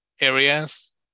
areas